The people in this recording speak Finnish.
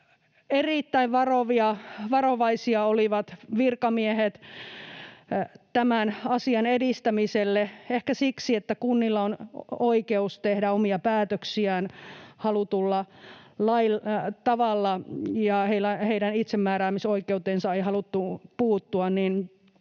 erittäin varovaisia tämän asian edistämisessä — ehkä siksi, että kunnilla on oikeus tehdä omia päätöksiään halutulla tavalla ja heidän itsemääräämisoikeuteensa ei haluttu puuttua